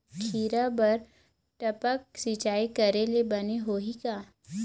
खिरा बर टपक सिचाई करे ले बने होही का?